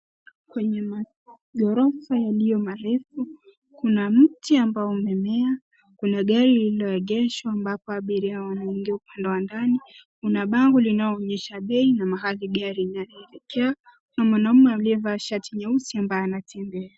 Kwenye magorofa yaliyo marefu, Kuna mti ambao umemea ,Kuna gari lililoegeshwa ambapo abiria wanaingia upande wa ndani. Kuna bango linao onyesha bei na mahali gari linaloelekea. Kuna mwanaume aliyevaa shati nyeusi ambaye anatembea.